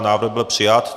Návrh byl přijat.